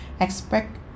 expect